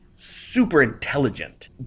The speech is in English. super-intelligent